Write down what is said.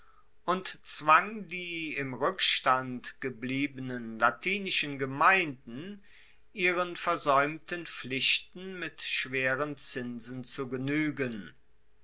und zwang die im rueckstand gebliebenen latinischen gemeinden ihren versaeumten pflichten mit schweren zinsen zu genuegen